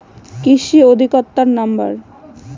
কৃষি অধিকর্তার নাম্বার?